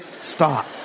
Stop